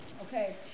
Okay